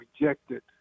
rejected